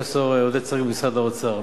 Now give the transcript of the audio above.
פרופסור עודד שריג ממשרד האוצר.